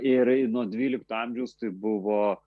ir nuo dvylikto amžiaus tai buvo